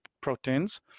proteins